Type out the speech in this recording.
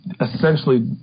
essentially